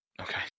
Okay